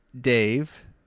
Dave